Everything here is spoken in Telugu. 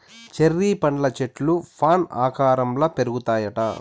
చెర్రీ పండ్ల చెట్లు ఫాన్ ఆకారంల పెరుగుతాయిట